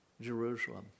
Jerusalem